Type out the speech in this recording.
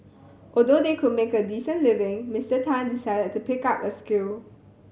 although they could make a decent living Mister Tan decided to pick up a skill